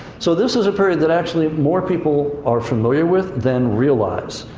so this is a period that actually more people are familiar with than realize.